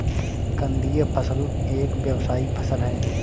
कंदीय फसल एक व्यावसायिक फसल है